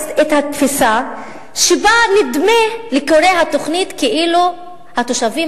את התפיסה שבה נדמה לקורא התוכנית כאילו התושבים